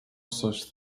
such